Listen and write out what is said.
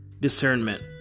discernment